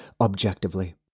objectively